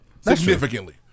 Significantly